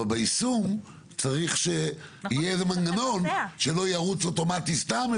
אבל ביישום צריך שיהיה איזה מנגנון שלא ירוץ אוטומטי סתם,